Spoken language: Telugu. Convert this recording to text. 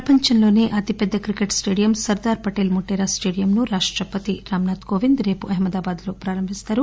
ప్రపంచంలోనే అతిపెద్ద క్రికెట్ స్టేడియం సర్దార్ పటేల్ మోతేరా స్టేడియంను రాష్టపతి రేపు అహ్మదాబాద్ లో ప్రారంభిస్తారు